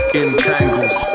entangles